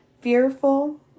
fearful